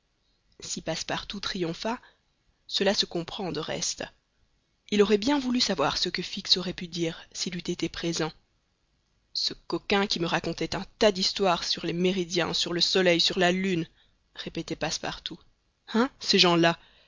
si passepartout triompha cela se comprend de reste il aurait bien voulu savoir ce que fix aurait pu dire s'il eût été présent ce coquin qui me racontait un tas d'histoires sur les méridiens sur le soleil sur la lune répétait passepartout hein ces gens-là